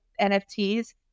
NFTs